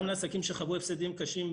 גם לעסקים שחוו הפסדים קשים,